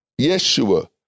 Yeshua